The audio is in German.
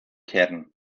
kern